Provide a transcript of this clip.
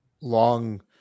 long